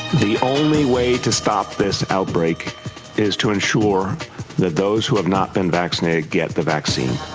the only way to stop this outbreak is to ensure that those who have not been vaccinated get the vaccine.